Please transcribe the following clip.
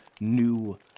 new